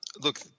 look